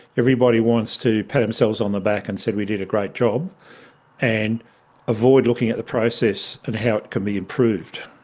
everybody wants to pat themselves on the back and say we did a great job and avoid looking at the process and how it can be improved.